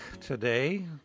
today